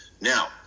Now